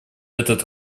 этот